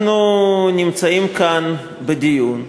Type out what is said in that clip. אנחנו נמצאים כאן בדיון מרתק,